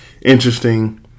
interesting